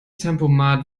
tempomat